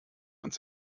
uns